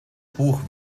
buch